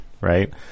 right